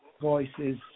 Voices